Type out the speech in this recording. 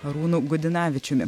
arūnu gudinavičiumi